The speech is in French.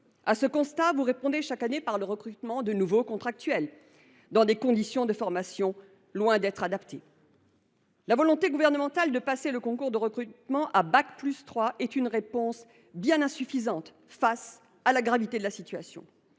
à ce constat, vous répondez chaque année par le recrutement de nouveaux contractuels, dans des conditions de formation loin d’être adaptées. La volonté gouvernementale de passer le concours de recrutement à bac+3 est une réponse bien insuffisante face à la gravité de la situation.